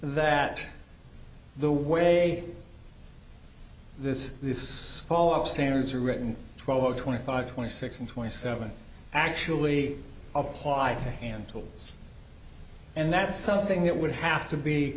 that the way this is all of standards are written twelve or twenty five twenty six and twenty seven actually applied to hand tools and that's something that would have to be